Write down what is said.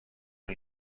اون